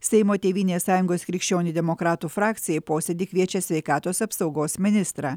seimo tėvynės sąjungos krikščionių demokratų frakcija į posėdį kviečia sveikatos apsaugos ministrą